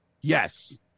Yes